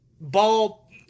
ball